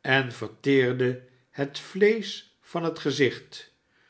en verteerde het vleesch van het gezicht